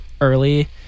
early